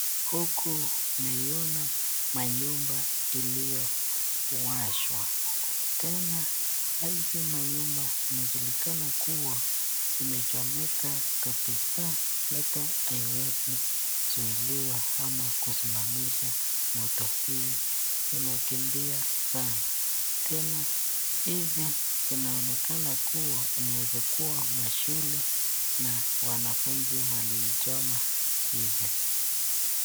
Huku naiona manyumba iliyo washwa. Tena hizi manyumba inajulikana kuwa imechomeka kabisa hata haiwezi zuiliwa ama kusimamisha moto hii inakimbia sana. Tena hizi zinaonekana kuwa inaezakuwa mashule na wanafunzi waliichoma hizi.